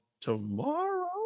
tomorrow